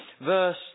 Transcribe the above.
verse